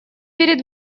перед